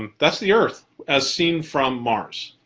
um that's the earth as seen from mars.